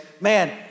Man